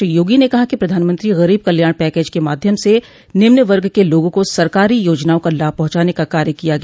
श्री योगी ने कहा कि प्रधानमंत्री गरीब कल्याण पैकेज के माध्यम से निम्न वर्ग के लोगों को सरकारी योजनाओं का लाभ पहुंचाने का कार्य किया गया